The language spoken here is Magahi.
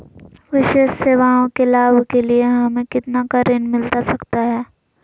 विशेष सेवाओं के लाभ के लिए हमें कितना का ऋण मिलता सकता है?